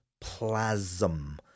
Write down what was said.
plasm